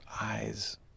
eyes